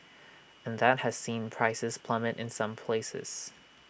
and that has seen prices plummet in some places